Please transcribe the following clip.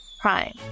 prime